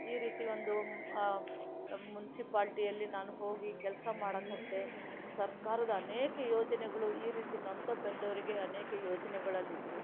ಈ ರೀತಿ ಒಂದು ಮುನ್ಸಿಪಾಲ್ಟಿಯಲ್ಲಿ ನಾನು ಹೋಗಿ ಕೆಲಸ ಮಾಡಕ್ಹತ್ತೆ ಸರ್ಕಾರದ ಅನೇಕ ಯೋಜನೆಗಳು ಈ ರೀತಿ ನೊಂದು ಬೆಂದವರಿಗೆ ಅನೇಕ ಯೋಜನೆಗಳಲ್ಲಿದ್ದವು